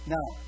Now